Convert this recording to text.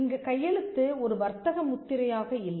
இங்கு கையெழுத்து ஒரு வர்த்தக முத்திரையாக இல்லை